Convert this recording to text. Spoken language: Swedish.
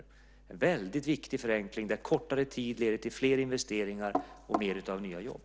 Det är en väldigt viktig förenkling som gör att kortare tid leder till fler investeringar och fler nya jobb.